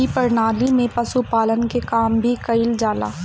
ए प्रणाली में पशुपालन के काम भी कईल जाला